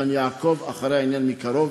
ואני אעקוב אחרי העניין מקרוב.